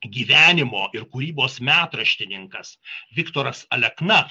gyvenimo ir kūrybos metraštininkas viktoras alekna